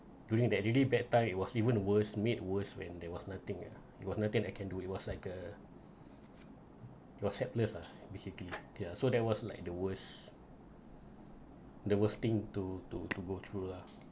during that really bad time it was even worse made worse when there was nothing there was nothing I can do it was like uh your sapless lah basically ya so that was like the worst the worst thing to to to go through lah